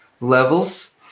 levels